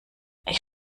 ich